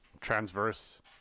transverse